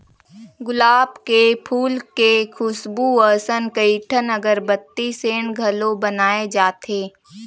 गुलाब के फूल के खुसबू असन कइठन अगरबत्ती, सेंट घलो बनाए जाथे